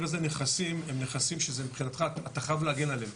איזה נכסים הם נכסים שמבחינתך אתה חייב להגן עליהם.